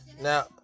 Now